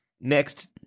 next